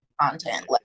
content